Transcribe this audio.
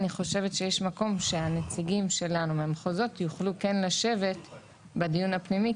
אני חושבת שיש מקום שהנציגים שלנו מהמחוזות יוכלו כן לשבת בדיון הפנימי,